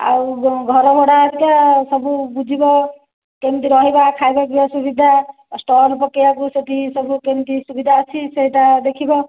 ଆଉ ଘରଭଡ଼ା ହେରିକା ସବୁ ବୁଝିବ କେମିତି ରହିବା ଖାଇବା ପିଇବା ସୁବିଧା ଷ୍ଟଲ ପକେଇବା କୁ ସେଠି ସବୁ କେମିତି ସୁବିଧା ଅଛି ସେଇଟା ଦେଖିବ